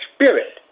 Spirit